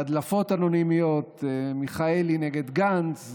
בהדלפות אנונימיות: מיכאלי נגד גנץ,